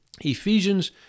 Ephesians